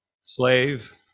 slave